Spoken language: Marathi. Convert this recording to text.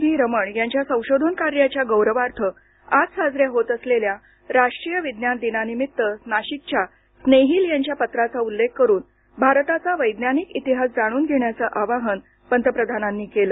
व्ही रमण यांच्या संशोधनकार्याच्या गौरवार्थ आज साजऱ्या होत असलेल्या राष्ट्रीय विज्ञान दिनानिमित्त नाशिकच्या स्नेहिल यांच्या पत्राचा उल्लेख करून भारताचा वैज्ञानिक इतिहास जाणून घेण्याचं आवाहन पंतप्रधानांनी केलं